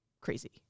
crazy